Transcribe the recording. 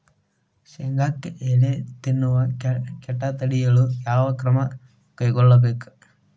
ಶೇಂಗಾಕ್ಕೆ ಎಲೆ ತಿನ್ನುವ ಕೇಟ ತಡೆಯಲು ಯಾವ ಕ್ರಮ ಕೈಗೊಳ್ಳಬೇಕು?